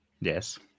Yes